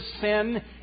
sin